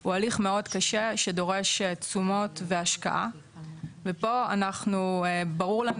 הוא הליך מאוד קשה שדורש תשומות והשקעה ופה ברור לנו